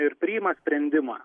ir priima sprendimą